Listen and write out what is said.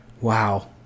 Wow